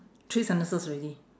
three sentences already